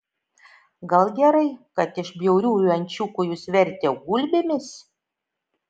gal gerai kad iš bjauriųjų ančiukų jus vertė gulbėmis